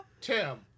Tim